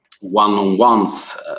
one-on-ones